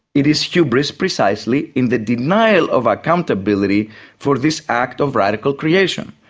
it is hubris precisely in the denial of accountability for this act of radical creation,